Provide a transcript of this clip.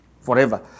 forever